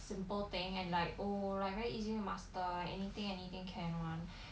simple thing and like oh like very easy to master anything anything can [one]